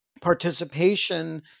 participation